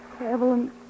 Evelyn